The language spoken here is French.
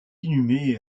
inhumé